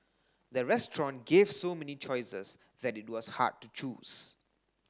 the restaurant gave so many choices that it was hard to choose